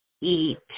eat